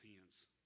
hands